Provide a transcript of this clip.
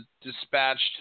dispatched